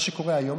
מה שקורה היום,